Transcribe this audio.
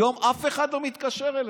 היום אף אחד לא מתקשר אליך.